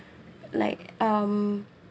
like um